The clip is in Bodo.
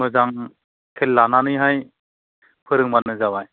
मोजां खेल लानानैहाय फोरोंबानो जाबाय